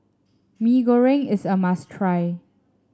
Mee Goreng is a must try